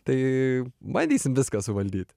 tai bandysim viską suvaldyt